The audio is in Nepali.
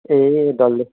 ए डल्लै